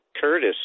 Curtis